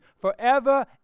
forever